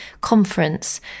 conference